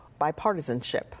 bipartisanship